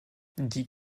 die